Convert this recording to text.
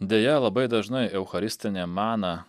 deja labai dažnai eucharistinė mana